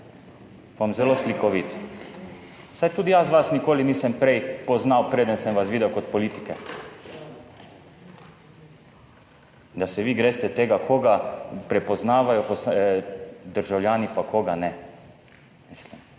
Bom zelo slikovit, saj tudi jaz vas nikoli nisem prej poznal preden sem vas videl kot politike. Da se vi greste tega, koga prepoznavajo državljani, pa koga ne.